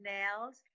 Nails